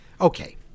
okay